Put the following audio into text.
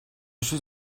suis